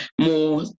more